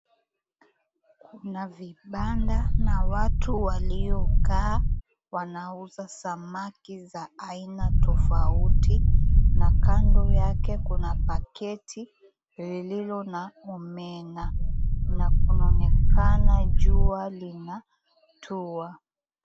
Kuna vibanda na watu waliokaa wanauza samaki za aina tofauti na kando yake kuna paketi lililo na omena na kunaonekana jua linatua.